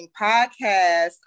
podcast